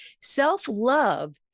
Self-love